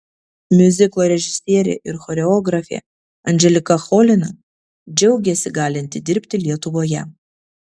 miuziklo režisierė ir choreografė anželika cholina džiaugėsi galinti dirbti lietuvoje